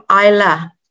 Isla